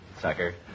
Sucker